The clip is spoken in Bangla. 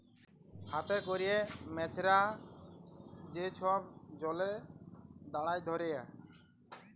হাতে ক্যরে মেছরা যে ছব জলে দাঁড়ায় ধ্যরে